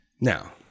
Now